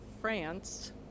France